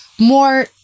more